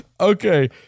Okay